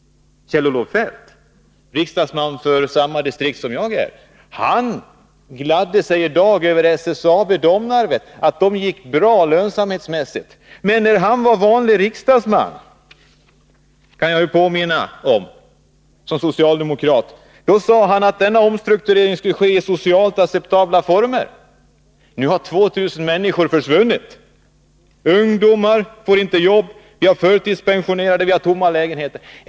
Kjell-Olof Feldt, riksdagsman för samma distrikt som jag, gladde sig i dag över att SSAB Domnarvet gick bra lönsamhetsmässigt. Men när han var vanlig socialdemokratisk riksdagsman sade han att denna omstrukturering skulle ske i socialt acceptabla former. Nu har 2 000 människor försvunnit. Ungdomar får inte jobb, vi har förtidspensionerade, vi har tomma lägenheter.